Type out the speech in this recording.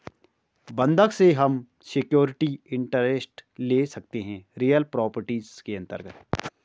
बंधक से हम सिक्योरिटी इंटरेस्ट ले सकते है रियल प्रॉपर्टीज के अंतर्गत